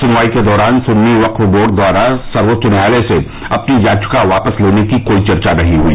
सुनवाई के दौरान सुन्नी वक्फॅ बोर्ड द्वारा सर्वोच्च न्यायालय से अपनी याचिका वापस लेने की कोई चर्चा नहीं हुई